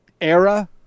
era